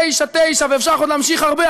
ו-99.999999% ואפשר עוד להמשיך הרבה,